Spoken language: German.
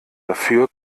dafür